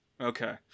Okay